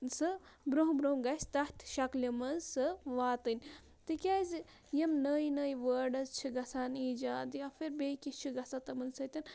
سُہ برونٛہہ برونٛہہ گَژھِ تَتھ شَکلہِ منٛز سُہ واتٕنۍ تِکیٛازِ یِم نٔے نٔے وٲڑٕز چھِ گژھان ایٖجاد یا پھر بیٚیہِ کینٛہہ چھِ گژھان تِمَن سۭتۍ